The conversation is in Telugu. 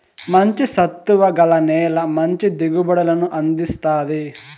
మంచి సత్తువ గల నేల మంచి దిగుబడులను అందిస్తాది